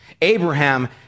Abraham